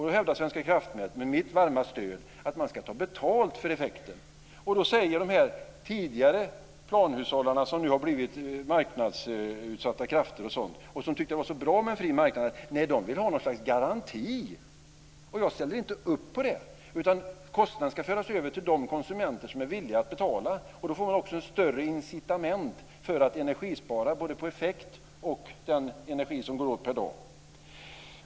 Då hävdar Svenska kraftnät med mitt varma stöd att man ska ta betalt för effekten. De som tidigare var planhushållare, som nu har blivit marknadsutsatta och som tycker att det är så bra med en fri marknad, säger att de vill ha något slags garanti. Jag ställer inte upp på det. Kostnaden ska föras över till de konsumenter som är villiga att betala, och då får man också större incitament för att energispara både vad gäller effekt och den energi som går åt per dag.